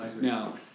Now